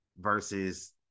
versus